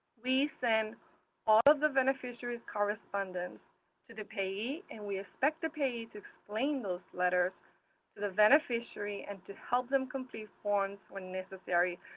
we send all of the beneficiary's correspondence to the payee and we expect the payee to explain those letters to the beneficiary and to help them complete forms when necessary.